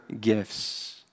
gifts